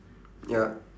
ya